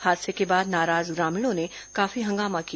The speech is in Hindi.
हादसे के बाद नाराज ग्रामीणों ने काफी हंगामा किया